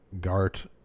Gart